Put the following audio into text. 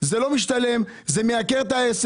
זה לא משתלם, זה מייקר את העסק.